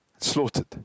slaughtered